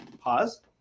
pause